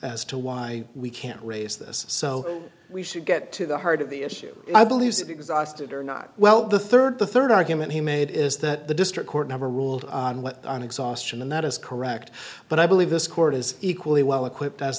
as to why we can't raise this so we should get to the heart of the issue i believe is exhausted or not well the third the third argument he made is that the district court never ruled on exhaustion and that is correct but i believe this court is equally well equipped as